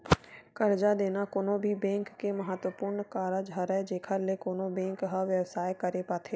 करजा देना कोनो भी बेंक के महत्वपूर्न कारज हरय जेखर ले कोनो बेंक ह बेवसाय करे पाथे